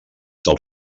del